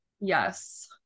Yes